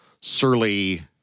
surly